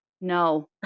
No